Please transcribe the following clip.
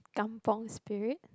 Kampung spirit